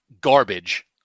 garbage